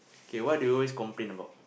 okay what do you always complain about